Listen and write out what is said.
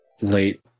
late